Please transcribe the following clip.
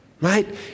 right